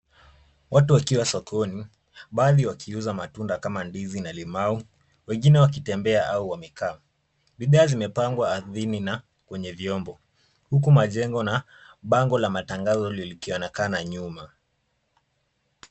Watu wakiwa sokoni ,baadhi wakiuza matunda kama ndizi na limau, wengine wakitembea au wamekaa. Mimea zimepangwa ardhini na kwenye vyombo huku majengo na bango la matangazo likionekana nyuma.